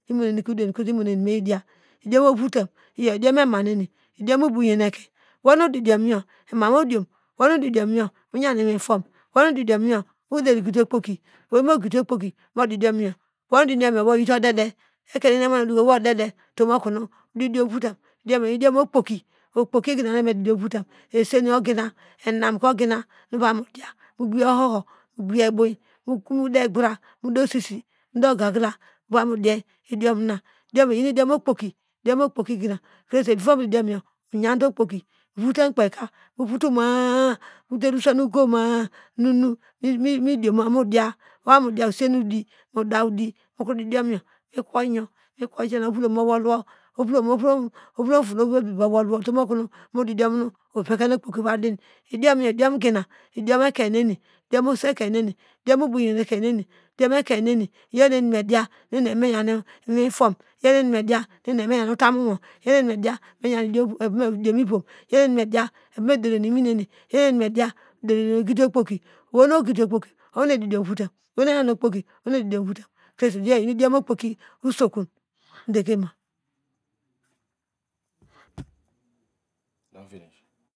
Memeke inum emmyi diya idiom votam iyo idiom ema neni idiom oboyen ekein wono idiona emu wo odiom odi diomyo oyan iwintom odidiomyo okroderi gidi okpoki owei mogidi okpoki modi diomyo tenu odidiom yo wo oyite odede ekeinneni emowo medoko wo odede idiom votan yinu diom okpoki owei modidiom you esika ogina enam ka ogina mogbiye mude egbora mu de osisi mude igagila nu modi diom na idiom okpoki gina nuny modidiom yo oyande okpoki movoto ma- a muder isen oya ma- a nunu modiya mamu diyu okanu didi idiomyo mikwo iyo ovolom muwol wo vuol toto nu ovol bibi munol wo utom okono mu diom nu ovekenu okpoki oyadin idiom yo gina idiom ekein neni idiom oson ekein neni idiom ubuyan ekein neni idiom ekein neni iyo nu eni mediya nu eva me deri num owei nu ogidi okpoki owane didiom votam oweno oyan okpoki owan didiom vatam kre se iyo iyin idiom okpoki